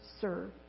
serve